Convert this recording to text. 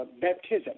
baptism